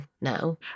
now